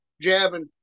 jabbing